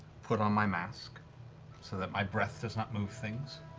put on my mask so that my breath does not move things,